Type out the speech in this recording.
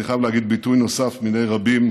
אני חייב להגיד: ביטוי נוסף מני רבים,